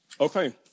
Okay